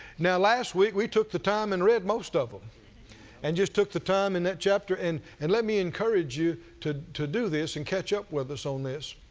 now last week we took the time and read most of them and just took the time in that chapter and let me encourage you to to do this and catch up with us on this.